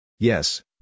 Yes